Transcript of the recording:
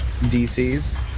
DCs